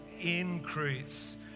Increase